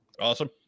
Awesome